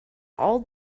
all